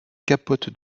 capote